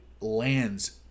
lands